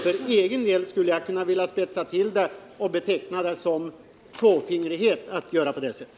För egen del skulle jag kunna spetsa till resonemanget och beteckna det som klåfingrighet att göra på det sättet.